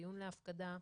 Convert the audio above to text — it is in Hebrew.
דיון להפקדה,